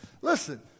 Listen